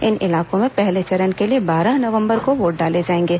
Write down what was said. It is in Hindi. इन इलाकों में पहले चरण के लिए बारह नवंबर को वोट डाले जाएंगे